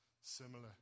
similar